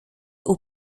aux